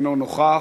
אינו נוכח.